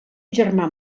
germà